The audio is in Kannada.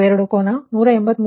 532 ಕೋನ 183